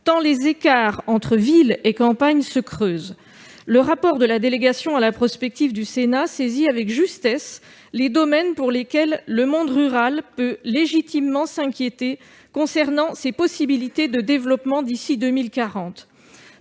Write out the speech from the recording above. tant les écarts entre villes et campagnes se creusent. Le rapport de notre délégation à la prospective saisit avec justesse les domaines pour lesquels le monde rural peut légitimement s'inquiéter concernant ses possibilités de développement d'ici à 2040.